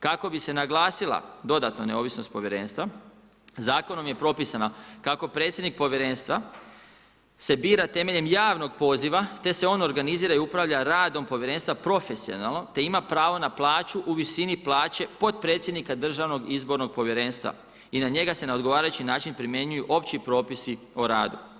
Kako bise naglasila dodatna neovisnost povjerenstva, zakonom je propisana kako predsjednik povjerenstva se bira temeljem javnog poziva te se on organizira i upravlja radom povjerenstva profesionalno te ima pravo na plaću u visini plaće potpredsjednika Državnog izbornog povjerenstva i na njega se na odgovarajući način primjenjuju opći propisi o radu.